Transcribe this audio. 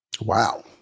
Wow